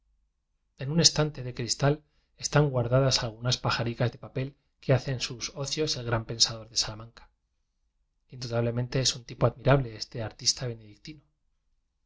en un estante de cristal están guardadas algunas pajaricas de papel que hace en sus ocios el gran pensador de salamanca in dudablemente es un tipo admirable este ar tista benedictino